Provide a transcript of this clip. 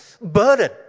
burden